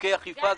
חוקי אכיפה,